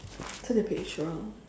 turn the page around